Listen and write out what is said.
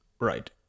Right